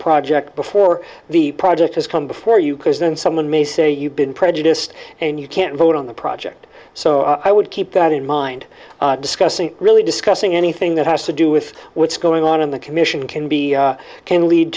project before the project has come before you cause then someone may say you've been prejudiced and you can't vote on the project so i would keep that in mind discussing really discussing anything that has to do with what's going on in the commission can be can lead